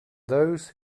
those